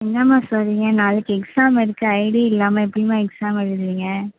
என்னாமா சொல்கிறீங்க நாளைக்கு எக்ஸாம் இருக்குது ஐடி இல்லாமல் எப்படிமா எக்ஸாம் எழுதுவீங்க